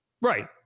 Right